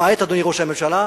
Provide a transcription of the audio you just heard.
למעט, אדוני ראש הממשלה,